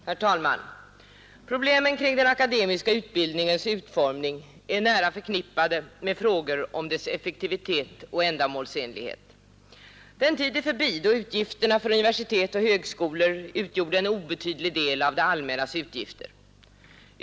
Herr talman! Problemen kring den akademiska utbildningens utformning är nära förknippade med frågor om dess effektivitet och ändamålsenlighet. Den tid är förbi då utgifterna för universitet och högskolor utgjorde en obetydlig del av det allmännas utgifter.